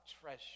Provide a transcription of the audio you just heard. treasure